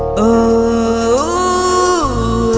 oh